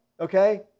okay